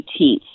18th